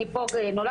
אני פה נולדתי,